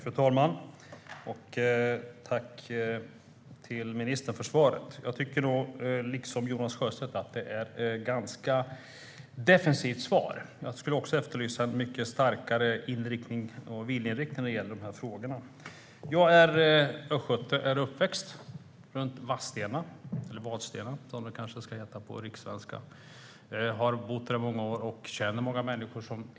Fru talman! Tack, ministern, för svaret! Jag, liksom Jonas Sjöstedt, tycker att det här är ett ganska defensivt svar. Jag efterlyser också en mycket starkare viljeinriktning i dessa frågor. Jag är östgöte och uppväxt i Vadstena. Jag har bott där i många år och känner många människor där.